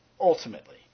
Ultimately